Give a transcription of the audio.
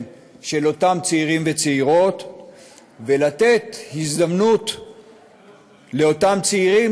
של אותם צעירים וצעירות ולתת הזדמנות לאותם צעירים